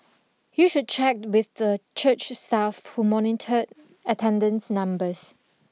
you should check with the church staff who monitored attendance numbers